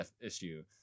issue